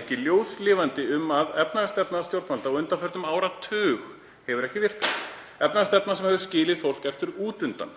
ekki ljóslifandi dæmi um að efnahagsstefna stjórnvalda á undanförnum áratug hefur ekki virkað, efnahagsstefna sem hefur skilið fólk eftir út undan?